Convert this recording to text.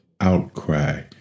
outcry